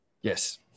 Yes